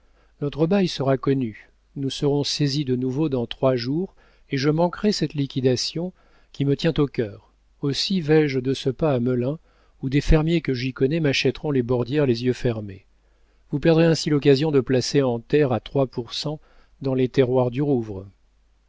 notre bail sera connu nous serons saisis de nouveau dans trois jours et je manquerai cette liquidation qui me tient au cœur aussi vais-je de ce pas à melun où des fermiers que j'y connais m'achèteront les bordières les yeux fermés vous perdrez ainsi l'occasion de placer en terre à trois pour cent dans les terroirs du rouvre